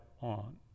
on